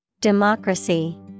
Democracy